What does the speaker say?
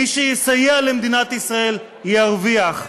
מי שיסייע למדינת ישראל ירוויח.